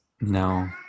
No